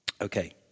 Okay